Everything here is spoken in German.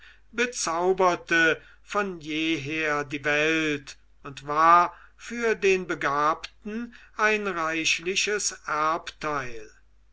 bezauberte von jeher die welt und war für den begabten ein reichliches erbteil